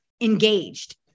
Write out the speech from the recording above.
engaged